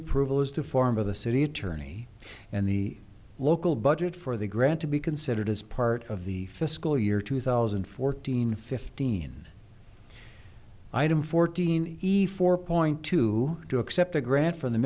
approval as to form of the city attorney and the local budget for the grant to be considered as part of the fiscal year two thousand and fourteen fifteen item fourteen efore point two two accept a grant from the